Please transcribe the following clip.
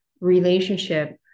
relationship